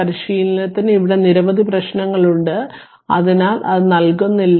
പരിശീലനത്തിന് ഇവിടെ നിരവധി പ്രശ്നങ്ങളുണ്ട് അതിനാൽ അത് നൽകുന്നില്ല